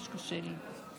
שינוע, ממש קשה לי.